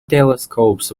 telescopes